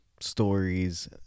stories